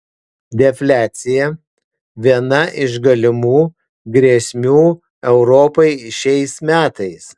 defliacija viena iš galimų grėsmių europai šiais metais